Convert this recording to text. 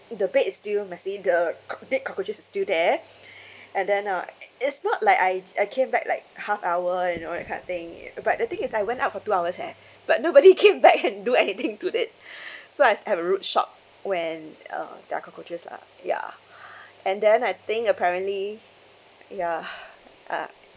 the bed is still messy the coc~ big cockroaches is still there and then uh it it's not like I I came back like half hour you know that kind of thing uh but the thing is I went out for two hours eh but nobody came back and do anything to it so I had rude shock when uh there are cockroaches lah ya and then I think apparently ya uh